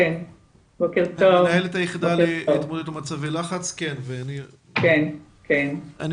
מנהלת היחידה להתמודדות במצבי לחץ ממשרד החינוך בבקשה.